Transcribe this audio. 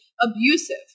abusive